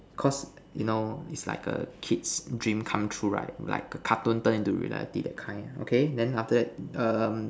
cause you know it's like a kid's dream come true right like a cartoon turn into reality kind then okay then after that um